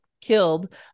killed